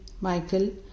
Michael